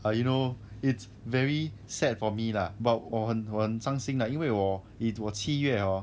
err you know it's very sad for me lah but 我很我很伤心啦因为我七月 hor